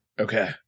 Okay